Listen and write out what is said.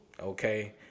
okay